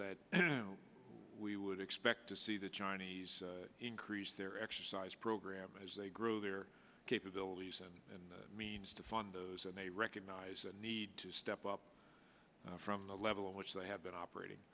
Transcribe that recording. that we would expect to see the chinese increase their exercise program as they grow their capabilities and means to fund those and they recognize the need to step up from the level of which they have been operating